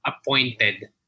appointed